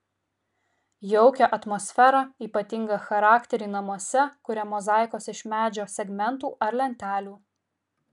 jaukią atmosferą ypatingą charakterį namuose kuria mozaikos iš medžio segmentų ar lentelių